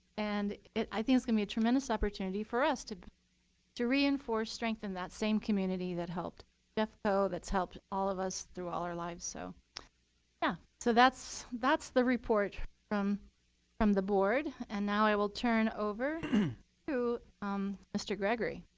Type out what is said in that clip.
and i think it's going to be a tremendous opportunity for us to to reinforce, strengthen, that same community that helped jeffco, that's helped all of us through all our lives. so yeah. so that's that's the report from from the board. and now i will turn over to mr. gregory.